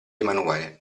emanuele